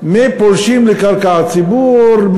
מפולשים לקרקע הציבור,